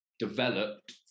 developed